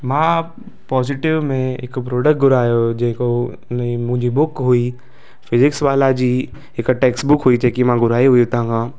मां पॉज़िटिव में हिकु प्रॉडक्ट घुरायो हुओ जेको हुन ई मुंहिंजी बुक हुई फिज़िक्स वाला जी हिकु टैक्स्टबूक हुई जेकी मां घुराई हुई हुतां खां